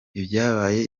ibyaye